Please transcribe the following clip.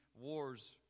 Wars